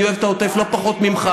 אני אוהב את העוטף לא פחות ממך.